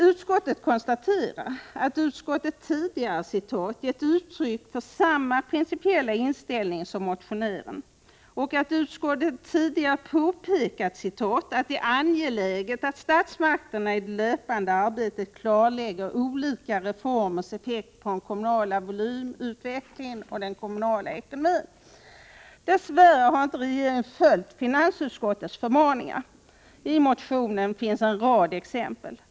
Utskottet konstaterar att utskottet tidigare ”gett uttryck för samma principiella inställning som motionärens” och att utskottet tidigare påpekat ”att det är angeläget att statsmakterna i det löpande arbetet klarlägger olika reformers effekt på den kommunala volymutvecklingen och den kommunala ekonomin”. Dess värre har inte regeringen följt finansutskottets förmaningar. I motionen finns en rad exempel.